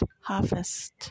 harvest